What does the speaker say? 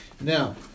Now